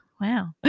wow